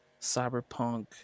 cyberpunk